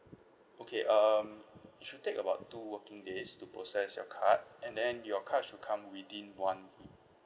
okay um it should take about two working days to process your card and then your card should come within one week